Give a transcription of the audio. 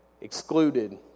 excluded